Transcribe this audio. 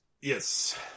Yes